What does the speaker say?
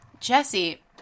Jesse